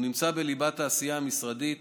הוא נמצא בליבת העשייה המשרדית